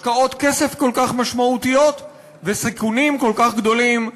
השקעות כסף כל כך משמעותיות וסיכונים כל כך גדולים,